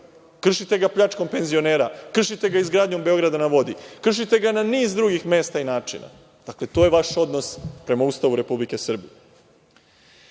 kršite ga pljačkom penzionera, kršite ga izgradnjom „Beograda na vodi“, kršite ga na niz drugih mesta i načina. Dakle, to je vaš odnos prema Ustavu Republike Srbije.U